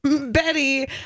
Betty